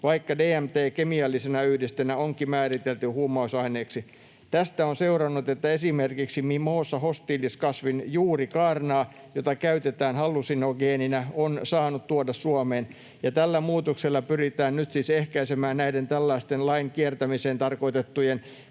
vaikka DMT kemiallisena yhdisteenä onkin määritelty huumausaineeksi. Tästä on seurannut, että esimerkiksi Mimosa hostilis ‑kasvin juurikaarnaa, jota käytetään hallusinogeeninä, on saanut tuoda Suomeen. Tällä muutoksella pyritään nyt siis ehkäisemään näiden tällaisten lain kiertämiseen tarkoitettujen